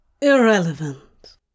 Irrelevant